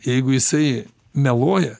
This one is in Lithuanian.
jeigu jisai meluoja